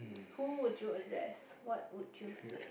who would you address what would you say